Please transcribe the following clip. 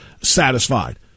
satisfied